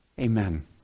Amen